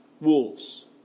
wolves